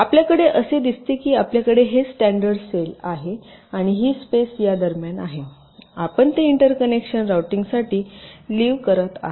आपल्याकडे असे दिसते की आपल्याकडे हे स्टॅंडर्ड सेल आहे आणि ही स्पेस या दरम्यान आहे आपण ते इंटरकनेक्शन्स रूटिंगसाठी लिव्ह करत आहात